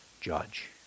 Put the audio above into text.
judge